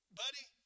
buddy